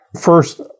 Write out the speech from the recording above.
first